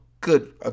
good